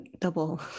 double